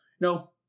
No